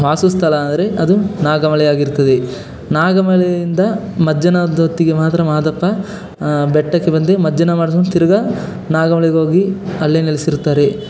ವಾಸಸ್ಥಳ ಅಂದರೆ ಅದು ನಾಗಮಲೆ ಆಗಿರ್ತದೆ ನಾಗಮಲೆಯಿಂದ ಮಧ್ಯಾಹ್ನದ ಹೊತ್ತಿಗೆ ಮಾತ್ರ ಮಾದಪ್ಪ ಬೆಟ್ಟಕ್ಕೆ ಬಂದು ಮಜ್ಜನ ಮಾಡಿಸಿಕೊಂಡು ತಿರ್ಗಿ ನಾಗಮಲೆಗೆ ಹೋಗಿ ಅಲ್ಲೇ ನೆಲೆಸಿರ್ತಾರೆ